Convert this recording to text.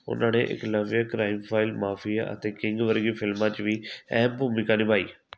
ਉਨ੍ਹਾਂ ਨੇ Eklavya Crime File Mafia ਅਤੇ ਕਿੰਗ ਵਰਗੀ ਫਿਲਮਾਂ 'ਚ ਵੀ ਅਹਿਮ ਭੂਮਿਕਾ ਨਿਭਾਈ